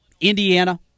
Indiana